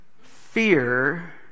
Fear